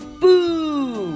boo